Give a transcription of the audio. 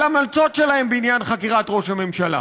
ההמלצות שלהם בעניין חקירת ראש הממשלה,